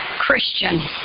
Christian